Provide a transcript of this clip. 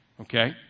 okay